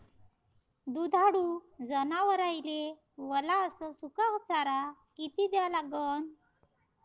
दुधाळू जनावराइले वला अस सुका चारा किती द्या लागन?